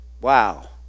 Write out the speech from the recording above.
Wow